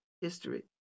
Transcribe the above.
history